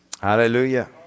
Hallelujah